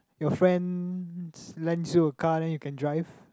you friends lends you a car then you can drive